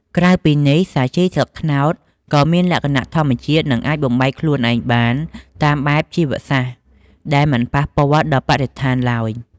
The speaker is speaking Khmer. ក្រៅពីនេះ សាជីស្លឹកត្នោតក៏មានលក្ខណៈធម្មជាតិ និងអាចបំបែកខ្លួនឯងបានតាមបែបជីវសាស្ត្រ ដែលមិនប៉ះពាល់ដល់បរិស្ថានឡើយ។